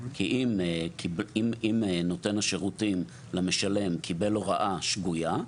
כי אם נותן השירותים למשלם קיבל הוראה שגויה,